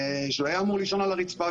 שהוא היה אמור לישון על הרצפה,